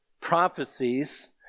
prophecies